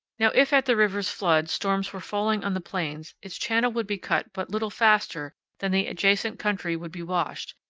now, if at the river's flood storms were falling on the plains, its channel would be cut but little faster than the adjacent country would be washed,